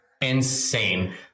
insane